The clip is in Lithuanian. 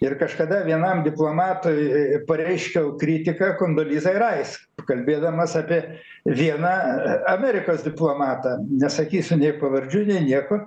ir kažkada vienam diplomatui pareiškiau kritiką kondolizai rais kalbėdamas apie vieną amerikos diplomatą nesakysiu nė pavardžių nei nieko